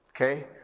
okay